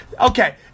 Okay